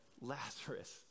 Lazarus